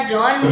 John